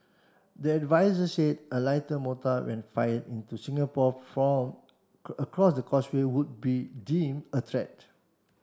the adviser said a lighter mortar when fired into Singapore from across the Causeway would be deemed a threat